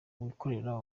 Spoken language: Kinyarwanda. wikorera